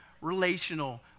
relational